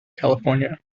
california